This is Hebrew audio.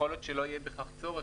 יכול להיות שלא יהיה בכך צורך,